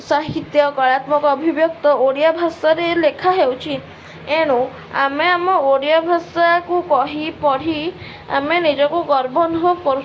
ସାହିତ୍ୟ କଳାତ୍ମକ ଅଭିବ୍ୟକ୍ତ ଓଡ଼ିଆ ଭାଷାରେ ଲେଖା ହେଉଛି ଏଣୁ ଆମେ ଆମ ଓଡ଼ିଆ ଭାଷାକୁ କହି ପଢ଼ି ଆମେ ନିଜକୁ ଗର୍ବ ଅନୁଭବ କରୁଛୁ